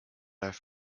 have